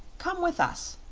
come with us,